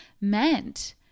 meant